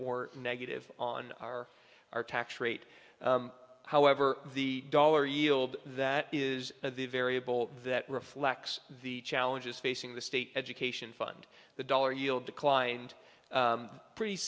or negative on our our tax rate however the dollar yield that is the variable that reflects the challenges facing the state education fund the dollar yield declined pretty